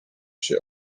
się